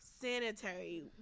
sanitary